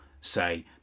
say